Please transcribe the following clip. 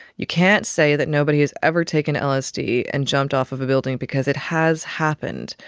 you can't say that nobody has ever taken lsd and jumped off of a building, because it has happened.